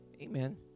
Amen